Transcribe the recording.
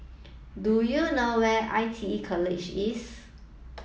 do you know where is I T E College East